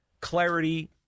clarity